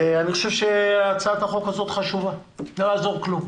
ואני חושב שהצעת החוק הזאת חשובה, לא יעזור כלום.